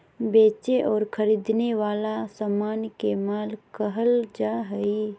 बेचे और खरीदे वला समान के माल कहल जा हइ